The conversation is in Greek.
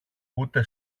ούτε